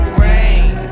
rain